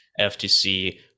FTC